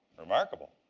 remarkable.